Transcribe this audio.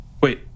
Wait